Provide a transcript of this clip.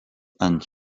ant